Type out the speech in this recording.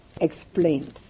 explains